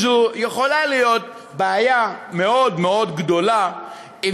זו יכולה להיות בעיה גדולה מאוד מאוד